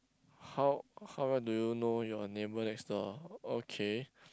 how how well do you know your neighbour next door okay